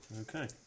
Okay